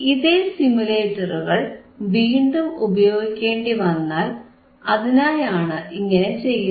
ഇതേ സിമുലേറ്ററുകൾ വീണ്ടും ഉപയോഗിക്കേണ്ടിവന്നാൽ അതിനായാണ് ഇങ്ങനെ ചെയ്യുന്നത്